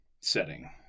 setting